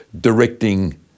directing